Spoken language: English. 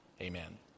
Amen